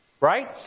right